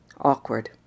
Awkward